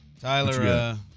Tyler